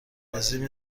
بازی